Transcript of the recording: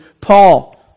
Paul